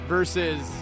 Versus